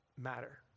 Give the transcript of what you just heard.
matter